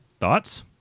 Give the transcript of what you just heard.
Thoughts